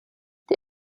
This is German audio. die